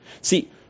See